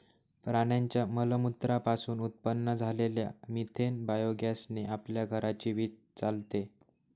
प्राण्यांच्या मलमूत्रा पासून उत्पन्न झालेल्या मिथेन बायोगॅस ने आपल्या घराची वीज चालते